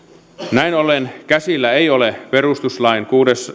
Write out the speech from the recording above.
näin ollen käsillä ei ole perustuslain